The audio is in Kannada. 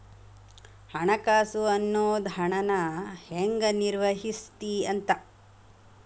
ಹಣಕಾಸು ಅನ್ನೋದ್ ಹಣನ ಹೆಂಗ ನಿರ್ವಹಿಸ್ತಿ ಅಂತ